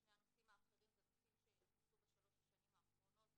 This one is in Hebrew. שני הנושאים האחרים אלה נושאים שנכנסו בשלוש השנים האחרונות,